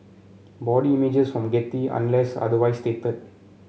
body images from Getty unless otherwise stated